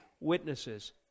witnesses